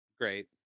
Great